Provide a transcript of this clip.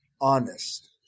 Honest